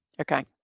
Okay